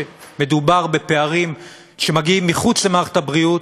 שמדובר בפערים שמגיעים מחוץ למערכת הבריאות,